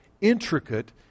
intricate